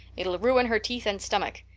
it'll ruin her teeth and stomach.